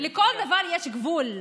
לכל דבר יש גבול.